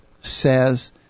says